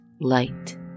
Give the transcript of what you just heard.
light